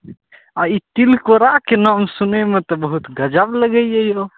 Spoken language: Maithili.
आओर ई तिलकोराके नाम सुनैमे तऽ बहुत गजब लगैए औ